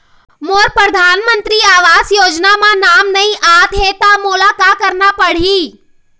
मोर परधानमंतरी आवास योजना म नाम नई आत हे त मोला का करना पड़ही?